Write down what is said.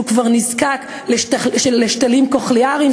כשהם כבר נזקקים לשתלים קוכליאריים,